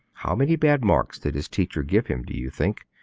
how many bad marks did his teacher give him, do you think,